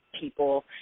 people